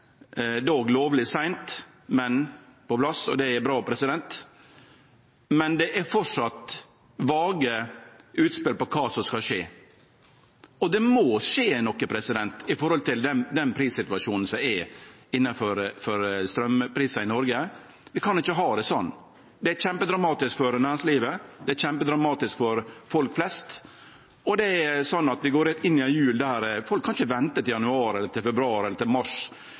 lovleg seint, men ho er på plass, og det er bra – men det er framleis vage utspel om kva som skal skje. Det må skje noko når det gjeld prissituasjonen for straum i Noreg. Vi kan ikkje ha det sånn. Det er kjempedramatisk for næringslivet, det er kjempedramatisk for folk flest, og vi går inn i jula – folk kan ikkje vente til januar eller februar eller mars